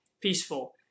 peaceful